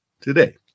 today